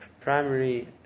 primary